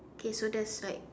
K so that's like